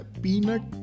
peanut